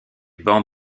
ban